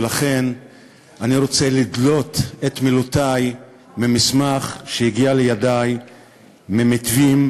ולכן אני רוצה לדלות את מילותי ממסמך שהגיע לידי מ"מיתווים",